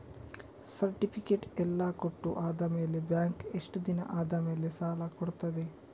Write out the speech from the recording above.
Certificate ಎಲ್ಲಾ ಕೊಟ್ಟು ಆದಮೇಲೆ ಬ್ಯಾಂಕ್ ಎಷ್ಟು ದಿನ ಆದಮೇಲೆ ಸಾಲ ಕೊಡ್ತದೆ?